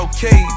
Okay